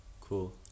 Cool